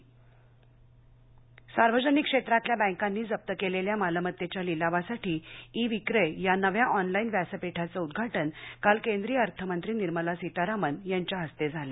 E वी क्रय सार्वजनिक क्षेत्रातल्या बँकांनी जप्त केलेल्या मालमत्तेच्या लिलावासाठी ई विक्रय या नव्या ऑनलाईन व्यासपीठाचं उद्घाटन काल केंद्रीय अर्थ मंत्री निर्मला सीतारामन यांच्या हस्ते झालं